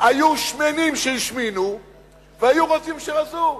היו שמנים שהשמינו והיו רזים שרזו,